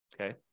Okay